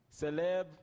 Celeb